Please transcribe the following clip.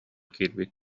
киирбит